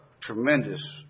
tremendous